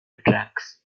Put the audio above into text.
tracks